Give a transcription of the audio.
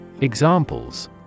Examples